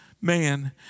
man